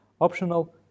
optional